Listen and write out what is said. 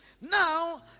Now